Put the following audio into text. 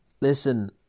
listen